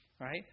right